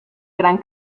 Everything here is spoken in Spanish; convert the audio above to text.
gran